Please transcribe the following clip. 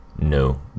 No